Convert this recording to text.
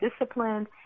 disciplined